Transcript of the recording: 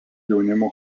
jaunimo